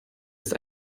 ist